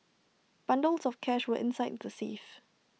bundles of cash were inside the safe